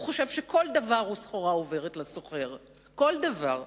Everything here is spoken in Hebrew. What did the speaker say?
הוא חושב שכל דבר הוא סחורה עוברת לסוחר, כל דבר,